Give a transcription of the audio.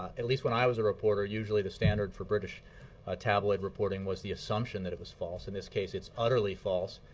at least when i was a reporter, usually the standard for british tabloid reporting was the assumption that it was false. in this case, it's utterly false,